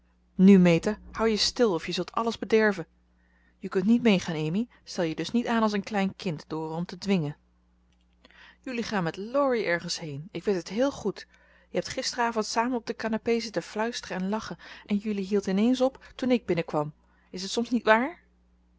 nu meta houd je stil of je zult alles bederven je kunt niet meegaan amy stel je dus niet aan als een klein kind door er om te dwingen jullie gaan met laurie ergens heen ik weet het heel goed je hebt gisterenavond samen op de canapé zitten fluisteren en lachen en jullie hield in eens op toen ik binnenkwam is t soms niet waar